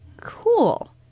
cool